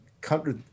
country